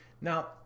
Now